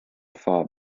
fall